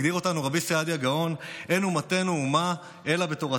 הגדיר אותנו רבי סעדיה גאון: "אין אומתנו אומה אלא בתורתה",